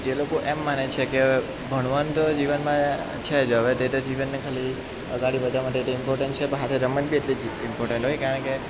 જે લોકો એમ માને છે કે હવે ભણવાનું તો જીવનમાં છે જ હવે તે તો જીવનને ખાલી અગાડી વધારવા માટે ઇમપોટન્ટ છે પણ સાથે રમત બી એટલી જ ઇમપોટન્ટ હોય કારણ કે